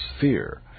fear